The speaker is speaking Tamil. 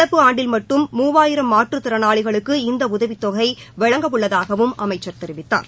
நடப்பு ஆண்டில் மட்டும் மூவாயிரம் மாற்றுத்திறனாளிகளுக்கு இந்த உதவித்தொகை வழங்கவுள்ளதாகவும் அமைச்சர் தெரிவித்தார்